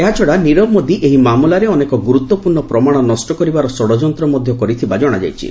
ଏହାଛଡ଼ା ନିରବ ମୋଦି ଏହି ମାମଲାରେ ଅନେକ ଗୁରୁତ୍ୱପୂର୍ଣ୍ଣ ପ୍ରମାଣ ନଷ୍ଟ କରିବାର ଷଡ଼ଯନ୍ତ ମଧ୍ୟ କରିଥିବା ଜଣାପଡ଼ିଛି